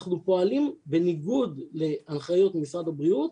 אנחנו פועלים בניגוד להנחיות משרד הבריאות.